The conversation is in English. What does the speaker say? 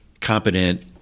competent